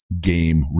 game